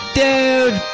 dude